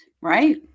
Right